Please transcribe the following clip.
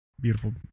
beautiful